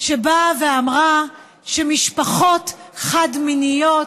שבאה ואמרה שמשפחות חד-מיניות,